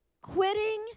quitting